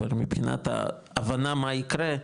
אבל מבחינת ההבנה מה ייקרה,